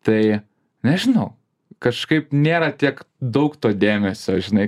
tai nežinau kažkaip nėra tiek daug to dėmesio žinai